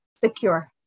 secure